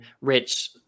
rich